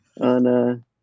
on